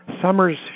summers